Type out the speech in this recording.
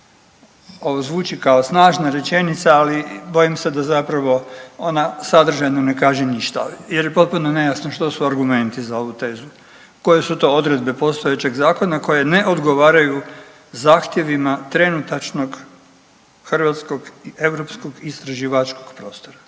Ovo zvuči kao snažna rečenica, ali bojim se da zapravo ona sadržajno ne kaže ništa jer je potpuno nejasno što su argumenti za ovu tezu, koje su to odredbe postojećeg zakona koje ne odgovaraju zahtjevima trenutačnog hrvatskog i europskog istraživačkog prostora.